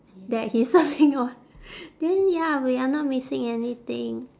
that he's surfing on then ya we are not missing anything